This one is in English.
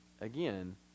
Again